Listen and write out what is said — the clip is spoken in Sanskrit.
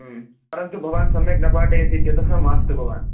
परन्तु भवान् सम्यक् न पाठयति इत्यतः मास्तु भवान्